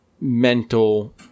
mental